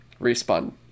Respawn